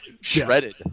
shredded